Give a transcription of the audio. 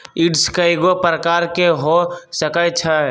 yield कयगो प्रकार के हो सकइ छइ